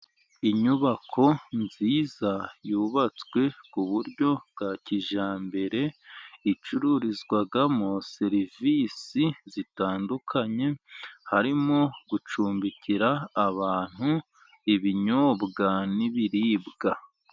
Inyubako nziza yubatswe ku buryo bwa kijyambere, icururizwamo serivisi zitandukanye, harimo gucumbikira abantu, ibinyobwa n'ibiribwa.